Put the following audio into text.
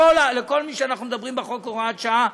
לכל מי שאנחנו מדברים בחוק הוראת שעה,